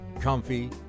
comfy